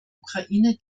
ukraine